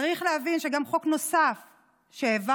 צריך להבין שגם חוק נוסף שהעברתי,